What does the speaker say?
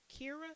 kira